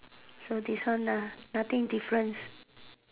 so this one lah nothing difference